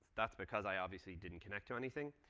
that's because i obviously didn't connect to anything.